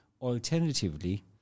Alternatively